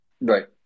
Right